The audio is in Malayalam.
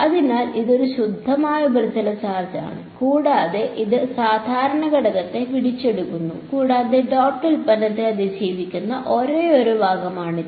അതിനാൽ ഇതൊരു ശുദ്ധമായ ഉപരിതല ചാർജ് ആണ് കൂടാതെ ഇത് സാധാരണ ഘടകത്തെ പിടിച്ചെടുക്കുന്നു കൂടാതെ ഡോട്ട് ഉൽപ്പന്നത്തെ അതിജീവിക്കുന്ന ഒരേയൊരു ഭാഗമാണിത്